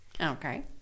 Okay